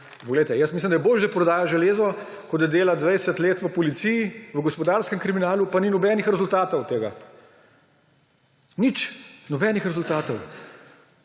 zdaj. Jaz mislim, da je bolje, da prodaja železo, kot da dela 20 let v policiji, v gospodarskem kriminalu, pa ni nobenih rezultatov od tega, nič, nobenih rezultatov.